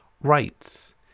Rights